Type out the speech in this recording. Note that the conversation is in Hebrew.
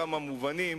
בכמה מובנים,